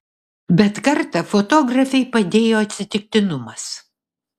bet kartą fotografei padėjo atsitiktinumas